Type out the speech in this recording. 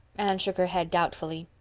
anne shook her head doubtfully.